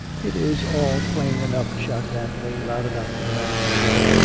it is all plain enough, shouted anthony loud enough for the man to hear.